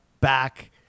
back